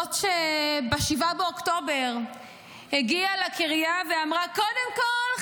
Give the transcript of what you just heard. זאת שב-7 באוקטובר הגיעה לקריה ואמרה: קודם כול,